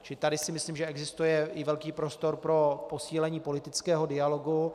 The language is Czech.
Čili tady si myslím, že existuje i velký prostor pro posílení politického dialogu.